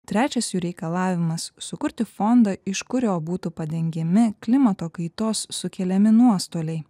trečias jų reikalavimas sukurti fondą iš kurio būtų padengiami klimato kaitos sukeliami nuostoliai